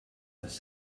tas